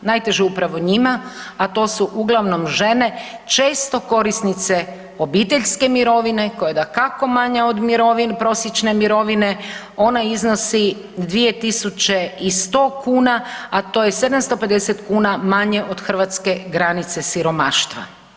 Najteže je upravo njima, a to u su uglavnom žene, često korisnice obiteljske mirovine koja je dakako manja od prosječne mirovine, ona iznosi 2.100 kuna, a to je 750 kuna manje od hrvatske granice siromaštva.